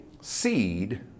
Seed